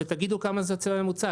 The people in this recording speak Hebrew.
ותגידו כמה זה יוצא ממוצע,